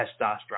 testosterone